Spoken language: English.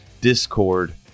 Discord